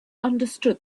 understood